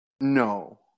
no